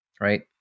right